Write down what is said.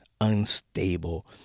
unstable